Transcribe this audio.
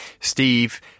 steve